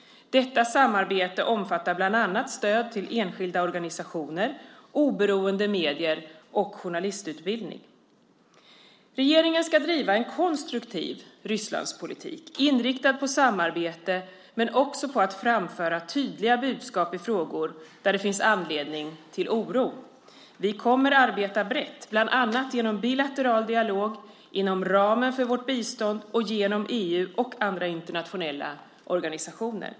Detta samarbete omfattar bland annat stöd till enskilda organisationer, oberoende medier och journalistutbildning. Regeringen ska driva en konstruktiv Rysslandspolitik inriktad på samarbete men också på att framföra tydliga budskap i frågor där det finns anledning till oro. Vi kommer att arbeta brett, bland annat genom bilateral dialog, inom ramen för vårt bistånd och genom EU och andra internationella organisationer.